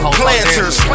planters